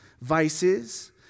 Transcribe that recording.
vices